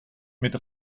mit